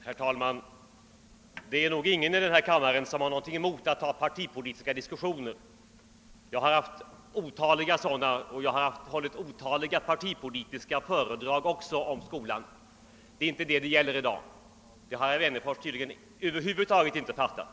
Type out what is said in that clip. Herr talman! Det är nog ingen i denna kammare som har någonting emot partipolitiska diskussioner. Jag har haft otaliga sådana och har också hållit otaliga partipolitiska föredrag om skolan. Det är inte det saken gäller i dag, vilket herr Wennerfors över huvud taget inte tycks ha fattat.